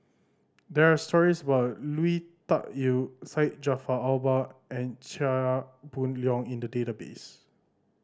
there are stories about Lui Tuck Yew Syed Jaafar Albar and Chia Boon Leong in the database